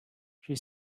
she